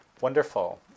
Wonderful